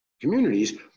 communities